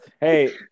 Hey